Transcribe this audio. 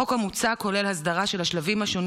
החוק המוצע כולל הסדרה של השלבים השונים